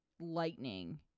lightning